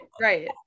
right